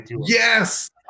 Yes